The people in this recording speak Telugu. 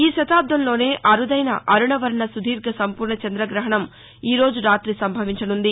ఈ శతాబ్లంలోనే అరుదైన అరుణవర్ణ సుధీర్ఘ సంపూర్ణ చంద్రగ్రహణం ఈరోజు రాతి సంభవించనున్నది